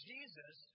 Jesus